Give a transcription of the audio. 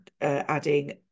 adding